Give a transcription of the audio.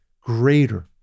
greater